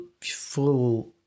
full